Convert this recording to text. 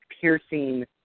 piercing